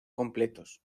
completos